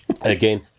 again